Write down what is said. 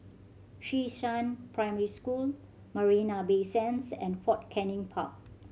Xishan Primary School Marina Bay Sands and Fort Canning Park